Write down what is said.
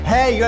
Hey